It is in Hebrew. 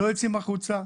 הם לא יוצאים החוצה,